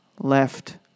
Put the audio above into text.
left